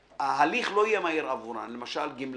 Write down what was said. שההליך לא יהיה מהיר עבורם, למשל גמלאים,